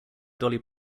dolly